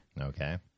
Okay